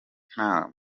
nta